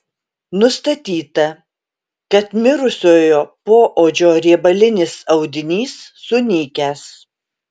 nustatyta kad mirusiojo poodžio riebalinis audinys sunykęs